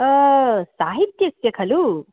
साहित्यस्य खलु